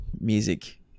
music